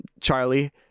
Charlie